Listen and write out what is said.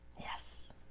Yes